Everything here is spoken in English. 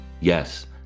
yes